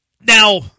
Now